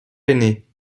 aînés